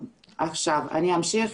אני אמשיך?